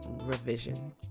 revision